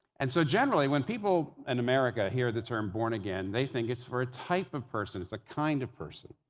and so, generally, when people in america hear the term born again, they think it's for a type of person, it's a kind of person.